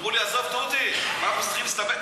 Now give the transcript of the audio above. אמרו לי: עזוב, דודי, מה אנחנו צריכים להסתבך?